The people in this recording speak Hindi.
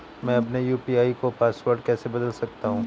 मैं अपने यू.पी.आई का पासवर्ड कैसे बदल सकता हूँ?